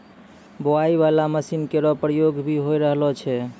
बोआई बाला मसीन केरो प्रयोग भी होय रहलो छै